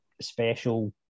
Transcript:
special